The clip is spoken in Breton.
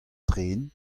tren